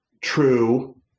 true